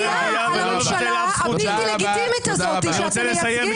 מעורר תהייה הממשלה הבלתי לגיטימית הזאת שאתם מייצגים.